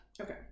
Okay